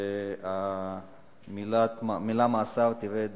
והמלה "מאסר" תרד